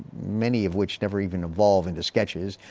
many of which never even evolve into sketches.